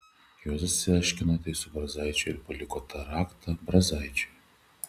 juozas išsiaiškino tai su brazaičiu ir paliko tą raktą brazaičiui